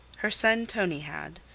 her son tonie had,